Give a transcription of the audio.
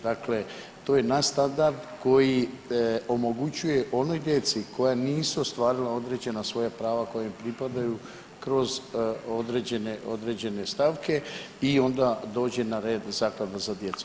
Dakle, to ja nadstandard koji omogućuje onoj djeci koja nisu ostvarila određena svoja prava koja im pripadaju kroz određene stavke i onda dođe na red zaklada za djecu.